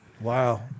Wow